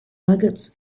nuggets